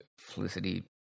Felicity